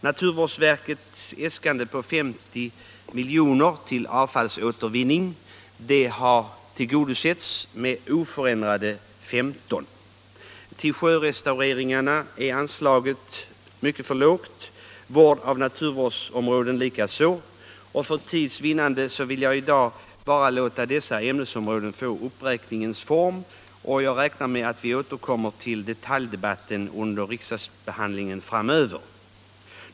Naturvårdsverkets äskande på 50 milj.kr. till avfallsåtervinning har prutats ned och föreslås utgå med oförändrat belopp, 15 milj.kr. Till sjörestaureringen är anslaget mycket för lågt, till vård av naturvårdsområden likaså. För tids vinnande skall jag i dag låta dessa ämnesområden bara få uppräkningens form; jag utgår från att vi återkommer till detaljdebatten under riksdagsbehandlingen framöver.